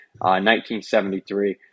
1973